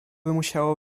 musiało